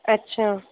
ਅੱਛਾ